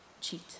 cheat